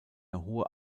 hohe